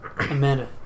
Amanda